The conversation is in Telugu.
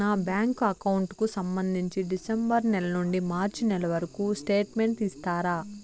నా బ్యాంకు అకౌంట్ కు సంబంధించి డిసెంబరు నెల నుండి మార్చి నెలవరకు స్టేట్మెంట్ ఇస్తారా?